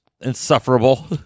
insufferable